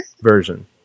version